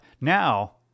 now